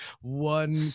one